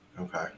Okay